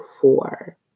four